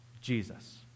Jesus